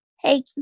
hey